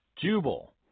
Jubal